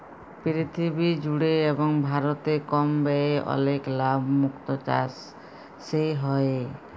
পীরথিবী জুড়ে এবং ভারতে কম ব্যয়ে অলেক লাভ মুক্ত চাসে হ্যয়ে